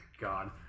God